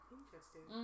interesting